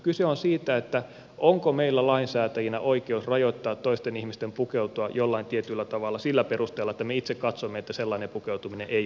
kyse on siitä onko meillä lainsäätäjinä oikeus rajoittaa toisten ihmisten pukeutumista jollain tietyllä tavalla sillä perusteella että me itse katsomme että sellainen pukeutuminen ei ole järkevää